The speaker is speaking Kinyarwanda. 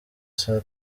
saa